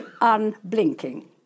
unblinking